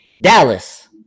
Dallas